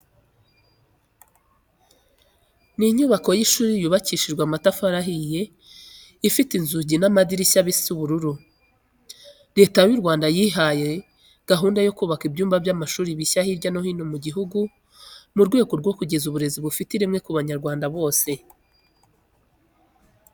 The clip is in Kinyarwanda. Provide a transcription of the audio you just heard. Ni inyubako y'ishuri yubakishije amatafari ahiye , ifite inzugi n'amadirishya bisa ubururu. Leta y'u Rwanda yihaye gahunda yo kubaka ibyumba by'amashuri bishya hirya no hino mu gihugu mu rwego rwo kugeza uburezi bufite ireme ku banyarwanda bose.